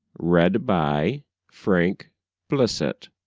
read by frank blissett